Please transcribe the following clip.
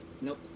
Nope